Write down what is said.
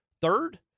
third